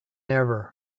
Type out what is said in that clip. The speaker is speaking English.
ever